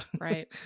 right